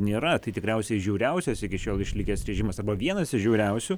nėra tai tikriausiai žiauriausias iki šiol išlikęs režimas arba vienas iš žiauriausių